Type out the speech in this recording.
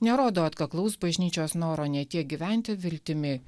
nerodo atkaklaus bažnyčios noro ne tiek gyventi viltimi